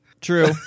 True